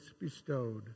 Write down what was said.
bestowed